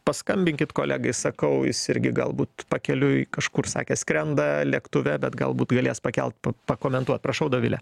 paskambinkit kolegai sakau jis irgi galbūt pakeliui kažkur sakė skrenda lėktuve bet galbūt galės pakel pakomentuot prašau dovile